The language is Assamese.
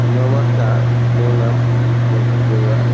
নমস্কাৰ মোৰ নাম অজিত বৰুৱা